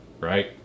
Right